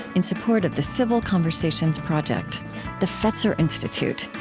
in support of the civil conversations project the fetzer institute,